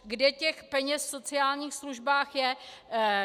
Kde těch peněz v sociálních službách je.